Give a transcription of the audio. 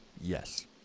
Yes